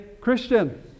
Christian